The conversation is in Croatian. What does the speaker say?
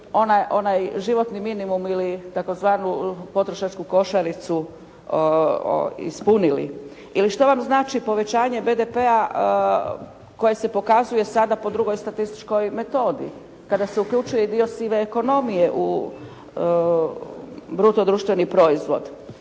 onaj životni minimum ili tzv. potrošačku košaricu ispunili? Ili što vam znači povećanje BDP-a koje se pokazuje sada po drugoj statističkoj metodi? Kada se uključuje i dio sive ekonomije u bruto društveni proizvod?